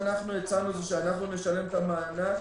אנחנו הצענו שנשלם את המענק